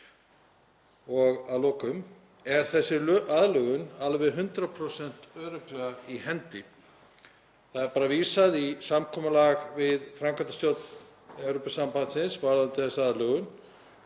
Og að lokum: Er þessi aðlögun alveg 100% örugglega í hendi? Það er bara vísað í samkomulag við framkvæmdastjórn Evrópusambandsins varðandi þessa aðlögun.